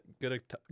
good